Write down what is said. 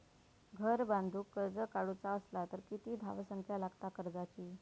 घर बांधूक कर्ज काढूचा असला तर किती धावसंख्या लागता कर्जाची?